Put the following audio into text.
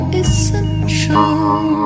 essential